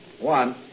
one